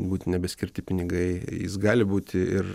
būt ne skirti pinigai jis gali būti ir